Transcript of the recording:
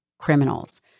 criminals